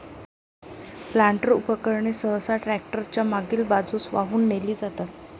planter उपकरणे सहसा tractor च्या मागील बाजूस वाहून नेली जातात